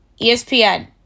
ESPN